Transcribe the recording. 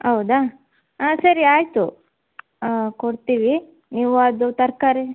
ಹೌದಾ ಹಾಂ ಸರಿ ಆಯಿತು ಹಾಂ ಕೊಡ್ತೀವಿ ನೀವು ಅದು ತರಕಾರಿ